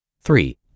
Three